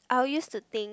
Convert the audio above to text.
use to think